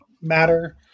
matter